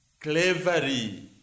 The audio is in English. cleverly